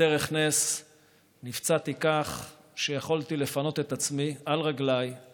בדרך נס נפצעתי כך שיכולתי לפנות את עצמי על רגליי